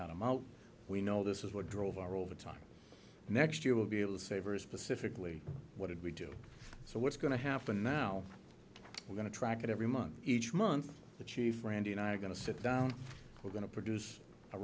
them out we know this is what drove our over time next year will be able to say very specifically what did we do so what's going to happen now we're going to track it every month each month the chief randy and i are going to sit down we're going to produce a